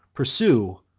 pursue,